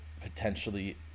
potentially